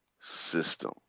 system